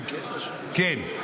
כן.